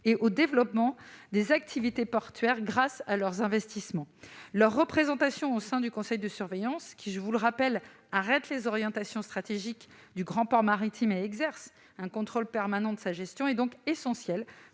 et au développement des activités portuaires au travers d'investissements. Leur représentation au sein du conseil de surveillance, lequel arrête les orientations stratégiques du grand port maritime et exerce un contrôle permanent sur sa gestion, est donc essentielle